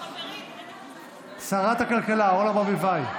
שרת הכלכלה אורנה ברביבאי.